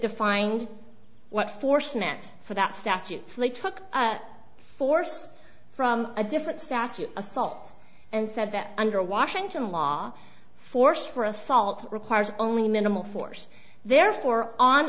defined what force meant for that statutes lee took force from a different statute assault and said that under washington law force for assault requires only minimal force therefore on